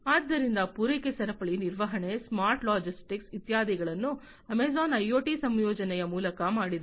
ಆದ್ದರಿಂದ ಪೂರೈಕೆ ಸರಪಳಿ ನಿರ್ವಹಣೆ ಸ್ಮಾರ್ಟ್ ಲಾಜಿಸ್ಟಿಕ್ಸ್ ಇತ್ಯಾದಿಗಳನ್ನು ಅಮೆಜಾನ್ ಐಒಟಿ ಸಂಯೋಜನೆಯ ಮೂಲಕ ಮಾಡಿದೆ